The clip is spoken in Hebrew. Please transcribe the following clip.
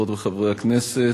חברות וחברי הכנסת,